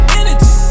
energy